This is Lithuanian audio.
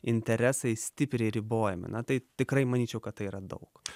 interesai stipriai ribojami na tai tikrai manyčiau kad tai yra daug